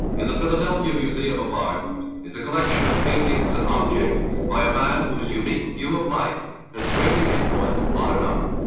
in the philadelphia museum of art and is a collection of paintings and objects by a man who's unique view of life has greatly influenced modern art.